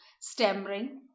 stammering